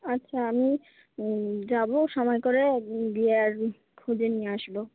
আচ্ছা আমি যাবো সময় করে গিয়ে একদিন খুঁজে নিয়ে আসবো